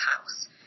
House